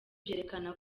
byerekana